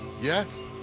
Yes